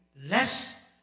less